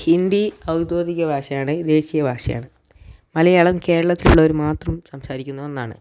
ഹിന്ദി ഔദ്യോഗിക ഭാഷയാണ് ദേശീയ ഭാഷയാണ് മലയാളം കേരളത്തിലുള്ളവർ മാത്രം സംസാരിക്കുന്ന ഒന്നാണ്